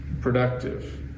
productive